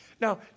Now